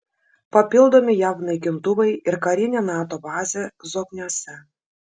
papildomi jav naikintuvai ir karinė nato bazė zokniuose